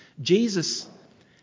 Jesus